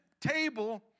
table